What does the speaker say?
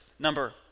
number